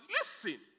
Listen